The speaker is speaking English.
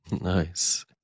Nice